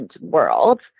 world